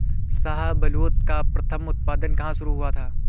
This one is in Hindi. शाहबलूत का प्रथम उत्पादन कहां शुरू हुआ था?